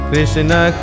Krishna